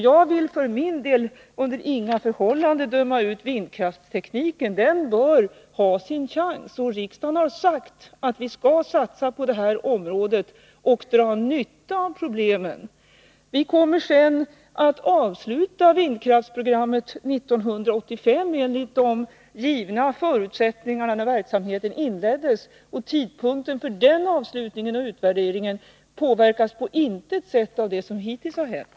Jag vill för min del under inga förhållanden döma ut vindkrafttekniken. Den bör ha sin chans. Riksdagen har sagt att vi skall satsa på detta område och dra nytta även av de problem som ger oss erfarenheter. NE kommer sedan att avsluta det nuvarande vindkraftprogrammet 1985 enligt de förutsättningar som gavs då verksamheten inleddes. Tidpunkten för avslutningen och utvärderingen påverkas på intet sätt av det som hittills har hänt.